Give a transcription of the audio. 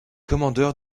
commandeur